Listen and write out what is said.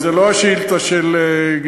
זו לא השאילתה של גילאון,